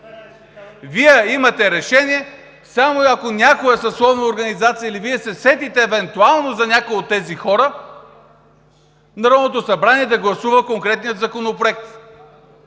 Вие имате решение само ако някоя съсловна организация или Вие се сетите, евентуално, за някои от тези хора, Народното събрание да гласува конкретния законопроект.